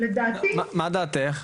מה דעתך?